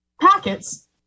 packets